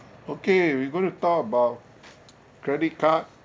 okay we going to talk about credit card